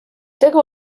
tegu